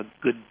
good